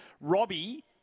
Robbie